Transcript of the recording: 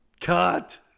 Cut